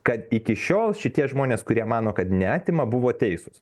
kad iki šiol šitie žmonės kurie mano kad neatima buvo teisūs